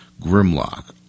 Grimlock